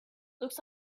looks